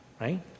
right